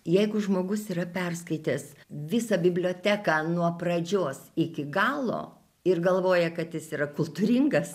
jeigu žmogus yra perskaitęs visą biblioteką nuo pradžios iki galo ir galvoja kad jis yra kultūringas